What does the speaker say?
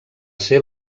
ser